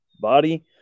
body